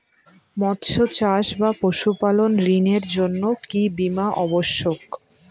মৎস্য চাষ বা পশুপালন ঋণের জন্য কি বীমা অবশ্যক?